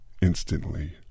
instantly